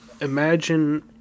imagine